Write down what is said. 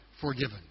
forgiven